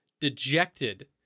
dejected